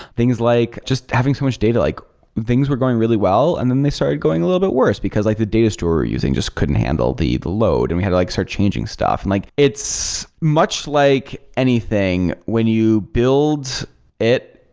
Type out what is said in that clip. things like just having so much data, like things were going really well and then they started going a little bit worse. because like the data store we're using just couldn't handle the the load and we had like start changing stuff. and it's much like anything. when you build it,